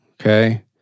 Okay